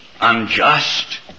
unjust